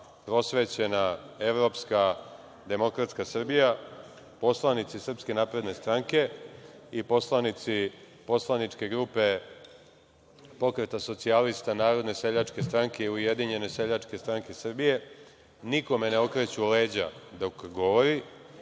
prosvećena evropska demokratska Srbija, poslanici SNS i poslanici poslaničke grupe Pokreta socijalista narodne seljačke stranke i Ujedinjene seljačke stranke Srbije nikome ne okreću leđa dok govori,